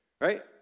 Right